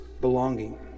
belonging